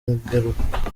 ngeruka